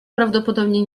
prawdopodobnie